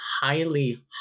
highly